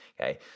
Okay